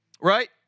right